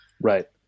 Right